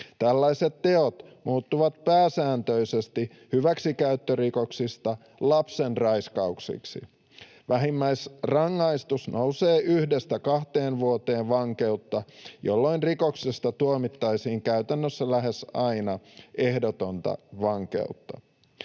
Tällaiset teot muuttuvat pääsääntöisesti hyväksikäyttörikoksista lapsenraiskaukseksi. Vähimmäisrangaistus nousee yhdestä vuodesta kahteen vuoteen vankeutta, jolloin rikoksesta tuomittaisiin käytännössä lähes aina ehdotonta vankeutta.